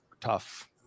tough